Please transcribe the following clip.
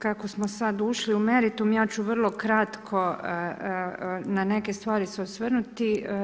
Kako smo sad ušli u meritum, ja ću vrlo kratko na neki stvari se osvrnuti.